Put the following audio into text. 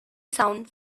sound